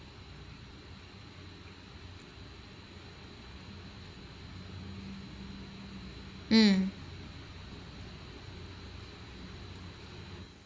mm